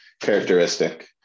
characteristic